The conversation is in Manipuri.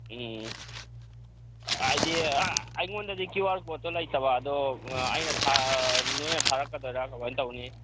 ꯍꯥꯏꯗꯤ ꯑꯩꯉꯣꯟꯗꯗꯤ ꯀ꯭ꯌꯨ ꯑꯥꯔ ꯀꯣꯗꯇꯣ ꯂꯩꯇꯕ ꯑꯗꯣ ꯑꯩꯅ ꯅꯣꯏꯅ ꯊꯔꯛꯀꯗꯣꯏꯔ ꯀꯃꯥꯏꯅ ꯇꯧꯅꯤ